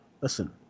Listen